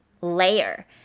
layer